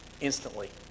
instantly